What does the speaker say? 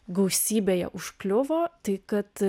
gausybėje užkliuvo tai kad